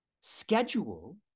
Schedule